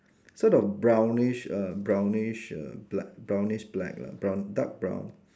so the brownish uh brownish err bl~ brownish black lah brown dark brown